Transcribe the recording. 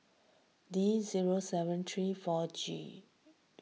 D zero seven three four G